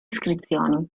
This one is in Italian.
iscrizioni